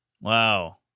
Wow